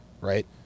right